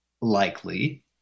likely